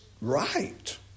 right